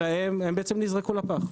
האלה נזרקו לפח,